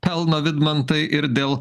pelno vidmantai ir dėl